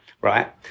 right